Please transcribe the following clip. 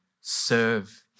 serve